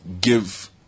give